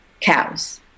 cows